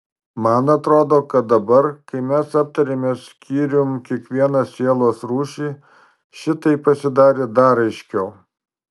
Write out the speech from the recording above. man atrodo kad dabar kai mes aptarėme skyrium kiekvieną sielos rūšį šitai pasidarė dar aiškiau